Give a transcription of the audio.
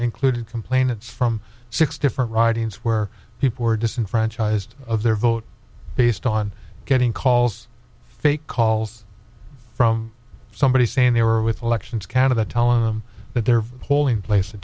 include complainants from six different writings where people were disenfranchised of their vote based on getting calls fake calls from somebody saying they were with elections canada telling them that their polling place a